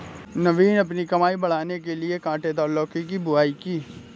नवीन अपनी कमाई बढ़ाने के लिए कांटेदार लौकी की बुवाई की